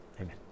Amen